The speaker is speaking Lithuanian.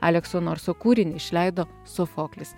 alekso norso kūrinį išleido sofoklis